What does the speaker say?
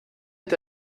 est